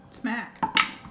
Smack